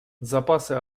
запасы